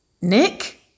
Nick